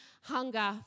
hunger